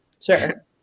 sure